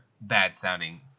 bad-sounding